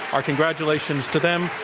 our congratulations to them.